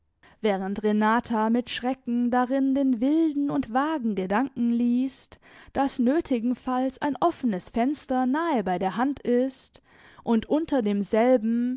während renata mit schrecken darin den wilden und wagen gedanken liest daß nötigenfalls ein offenes fenster nahe bei der hand ist und unter demselben